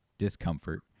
discomfort